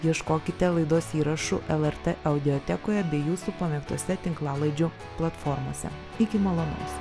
ieškokite laidos įrašų el er tė audiotekoje bei jūsų pamėgtose tinklalaidžių platformose iki valandos